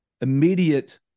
immediate